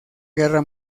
guerra